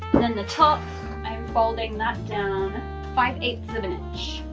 then the top i'm folding that down five eights of an inch,